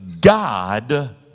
God